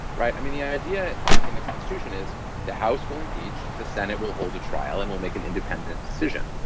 right? i mean, the idea in the constitution is the house will impeach. the senate will hold a trial and we'll make an independent decision.